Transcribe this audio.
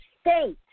state